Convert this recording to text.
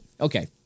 okay